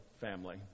family